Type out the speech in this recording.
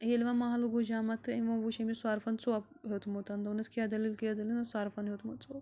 ییلہِ و محل گوٚو جمع تہٕ یِمو وُچھ أمِس سۄرپھن ژۄپ ہوٚتمُتن دوٚپنس کیٛاہ دٔلیٖل کیٛاہ دٔلیٖل سرگن ہوٚتمُت ژوٚپ